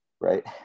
right